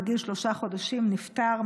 בגיל שלושה חודשים נפטר,